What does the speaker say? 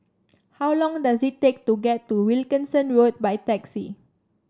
how long does it take to get to Wilkinson Road by taxi